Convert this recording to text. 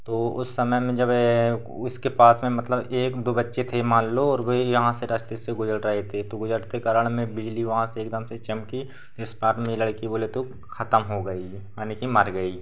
तो उस समय में जब उसके पास में मतलब एक दो बच्चे थे मान लो और वह यहाँ से रास्ते से गुज़र रहे थे तो गुजरते कारण में बिजली वहाँ से एकदम से चमकी जिस पार में यह लड़की बोले तो खतम हो गई माने कि मर गई